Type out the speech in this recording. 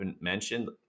mentioned